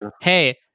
hey